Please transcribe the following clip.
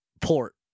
port